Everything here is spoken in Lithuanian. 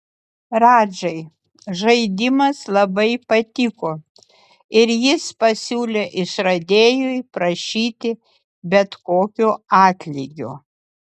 radžai žaidimas labai patiko ir jis pasiūlė išradėjui prašyti bet kokio atlygio